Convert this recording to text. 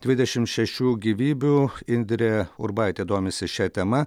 dvidešim šešių gyvybių indrė urbaitė domisi šia tema